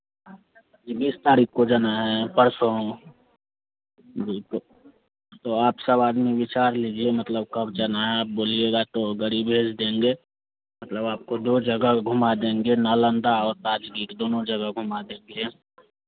जी बीस तारीख को जाना है परसों जी तो तो आप सब आदमी विचार लीजिए मतलब कब जाना है आप बोलिएगा तो गाड़ी भेज देंगे मतलब आपको दो जगह घुमा देंगे नालंदा और राजगीर दोनों जगह घुमा देंगे